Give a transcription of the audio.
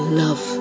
love